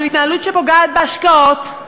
זו התנהלות שפוגעת בהשקעות,